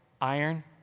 iron